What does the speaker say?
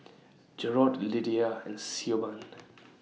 Jerod Lydia and Siobhan